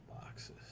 boxes